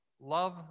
Love